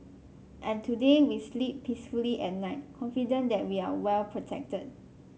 and today we sleep peacefully at night confident that we are well protected